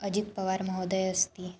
अजित् पवार् महोदयः अस्ति